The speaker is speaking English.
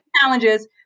challenges